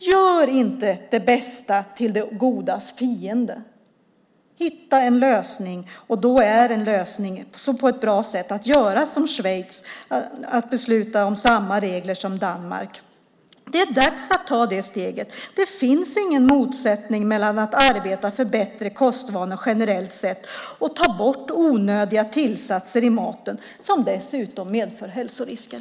Gör inte det bästa till det godas fiende. Hitta en lösning, och då är en bra lösning att göra som Schweiz och besluta om samma regler som Danmark. Det är dags att ta det steget. Det finns ingen motsättning mellan att arbeta för bättre kostvanor generellt sett och att ta bort onödiga tillsatser i maten som dessutom medför hälsorisker.